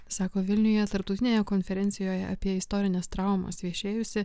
sako vilniuje tarptautinėje konferencijoje apie istorines traumas viešėjusi